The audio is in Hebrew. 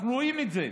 אנחנו רואים את זה,